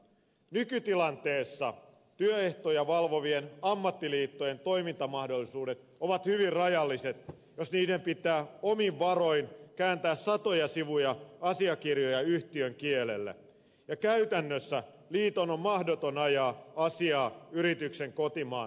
nykytilanteessa työehtoja valvovien ammattiliittojen toimintamahdollisuudet ovat hyvin rajalliset jos niiden pitää omin varoin kääntää satoja sivuja asiakirjoja yhtiön kielelle ja käytännössä liiton on mahdoton ajaa asiaa yrityksen kotimaan oikeudessa